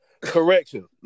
Correction